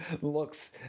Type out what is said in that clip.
looks